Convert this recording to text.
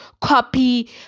copy